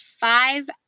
five